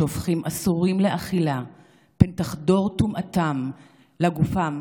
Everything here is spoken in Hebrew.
והם הופכים אסורים לאכילה פן תחדור טומאתם לגופם